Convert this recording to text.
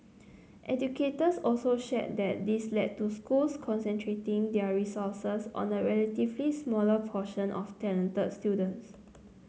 educators also shared that this led to schools concentrating their resources on a relatively smaller portion of talented students